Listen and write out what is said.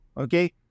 okay